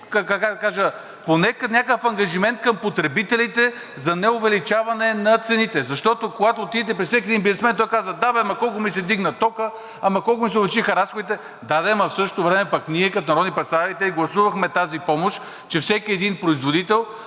някакъв ангажимент към потребителите за неувеличаване на цените, защото, когато отидете при всеки един бизнесмен, той казва: „Да бе, ама колко ми се вдигна токът, ама колко ми се увеличиха разходите…“ Да де, ама в същото време ние като народни представители гласувахме тази помощ, че всеки един производител,